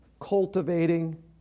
cultivating